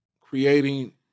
Creating